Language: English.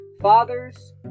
fathers